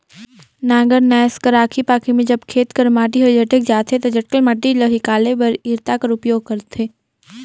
नांगर नाएस कर आखी पाखी मे जब खेत कर माटी हर जटेक जाथे ता जटकल माटी ल हिकाले बर इरता कर उपियोग करथे